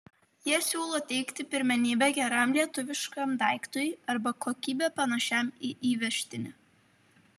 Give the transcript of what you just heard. jie siūlo teikti pirmenybę geram lietuviškam daiktui arba kokybe panašiam į įvežtinį